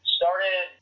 started